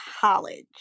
college